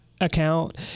Account